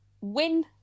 win